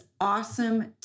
awesome